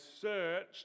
searched